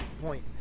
point